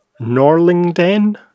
Norlingden